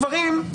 גברים,